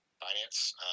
finance